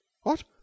What